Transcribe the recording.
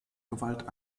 gewalt